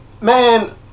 man